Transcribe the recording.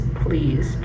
please